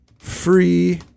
Free